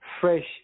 fresh